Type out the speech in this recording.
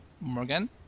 Morgan